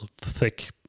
thick